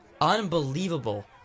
Unbelievable